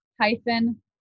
hyphen